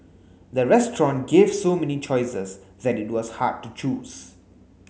the restaurant gave so many choices that it was hard to choose